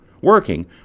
working